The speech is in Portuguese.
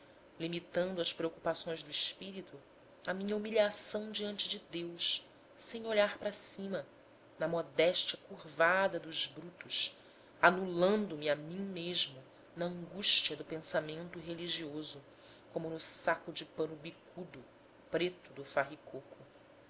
limitando as preocupações do espírito à minha humilhação diante de deus sem olhar para cima na modéstia curvada dos brutos anulando me a mim mesmo na angústia do pensamento religioso como no saco de pano bicudo preto do farricoco